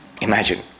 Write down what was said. Imagine